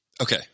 Okay